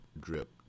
drip